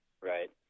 right